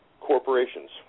corporations